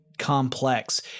complex